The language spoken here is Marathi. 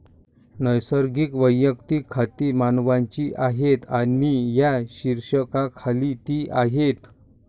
नैसर्गिक वैयक्तिक खाती मानवांची आहेत आणि या शीर्षकाखाली ती आहेत